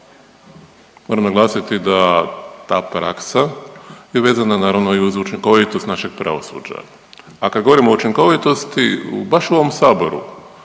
Moram naglasiti da ta praksa je vezana, naravno i uz učinkovitost našeg pravosuđa, a kad govorimo o učinkovitosti, u baš u ovom Saboru,